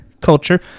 culture